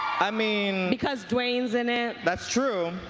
i mean because duane's in it. that's true.